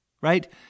Right